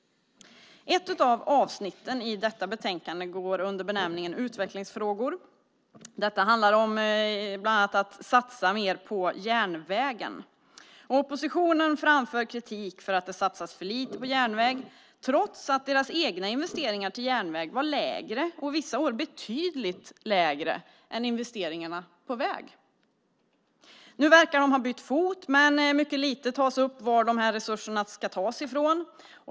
Ett av avsnitten i detta betänkande går under benämningen Utvecklingsfrågor . Detta handlar bland annat om att satsa mer på järnvägen. Oppositionen framför kritik för att det satsas för lite på järnväg, trots att deras egna investeringar till järnväg var lägre och vissa år betydligt lägre än investeringarna på väg. Nu verkar de ha bytt fot, men mycket lite tas upp om var dessa resurser ska tas ifrån.